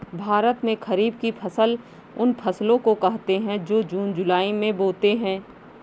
भारत में खरीफ की फसल उन फसलों को कहते है जो जून जुलाई में बोते है